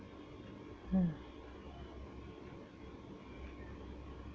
mm